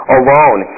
alone